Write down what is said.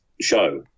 show